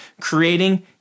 creating